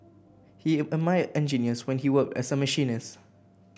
he admired engineers when he worked as a machinist